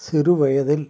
சிறுவயதில்